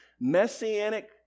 Messianic